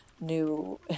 new